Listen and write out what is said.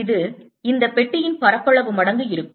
இது இந்த பெட்டியின் பரப்பளவு மடங்கு இருக்கும்